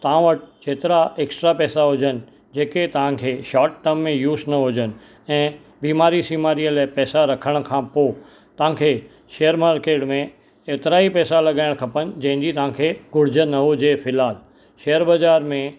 तव्हां वटि जेतिरा एक्स्ट्रा पैसा हुजनि जेके तव्हांखे शॉर्ट टर्म में यूज़ न हुजनि ऐं बीमारी सीमारीअ लाइ पैसा रखण खां पोइ तव्हांखे शेयर मार्केट में एतिरा ई पैसा लॻाइणु खपनि जंहिंजी तव्हांखे घुर्ज न हुजे फ़िलहालु शेयर बाज़ारि में